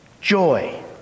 Joy